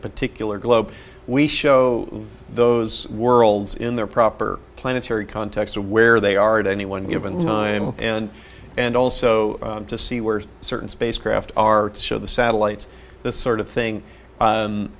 particular globe we show those worlds in their proper planetary context of where they are at any one given time and and also to see where certain spacecraft are to show the satellites this sort of thing